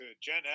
Jen